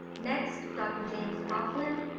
next, dr. james coughlan,